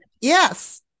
yes